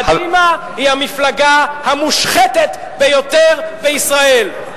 קדימה היא המפלגה המושחתת ביותר בישראל.